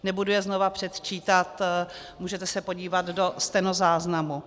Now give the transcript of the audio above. Nebudu je znovu předčítat, můžete se podívat do stenozáznamu.